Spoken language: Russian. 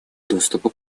доступа